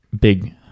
big